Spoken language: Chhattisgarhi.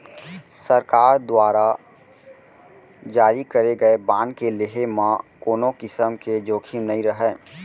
सरकार दुवारा जारी करे गए बांड के लेहे म कोनों किसम के जोखिम नइ रहय